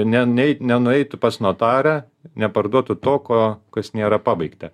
ne nei nenueitų pas notarą neparduotų to ko kas nėra pabaigta